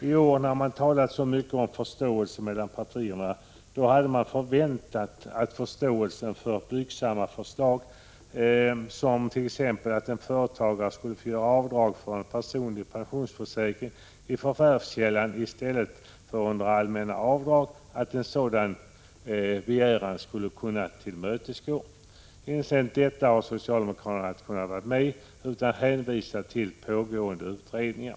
I år, när man talar så mycket om förståelse mellan partierna, hade man förväntat förståelse för blygsamma förslag som t.ex. att en företagare skulle kunna få göra avdrag för personlig pensionsförsäkring i förvärvskällan i stället för ”under allmänna avdrag”. En sådan begäran borde ha kunnat tillmötesgås. Men inte ens detta har socialdemokraterna kunnat gå med på, utan man har hänvisat till pågående utredningar.